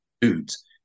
dudes